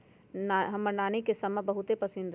हमर नानी के समा बहुते पसिन्न रहै